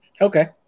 Okay